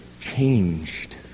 changed